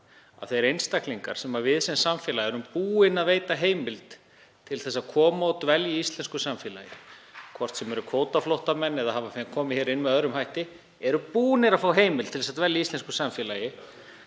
að þeir einstaklingar sem við sem samfélag erum búin að veita heimild til þess að koma og dvelja í íslensku samfélagi, hvort sem það eru kvótaflóttamenn eða hafa komið hér inn með öðrum hætti, eru búnir að fá heimild til að dvelja í íslensku samfélagi,